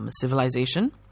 Civilization